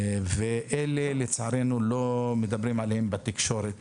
ולצערנו לא מדברים עליהם בתקשורת